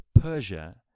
Persia